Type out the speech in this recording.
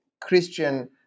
Christian